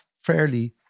fairly